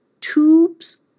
tubes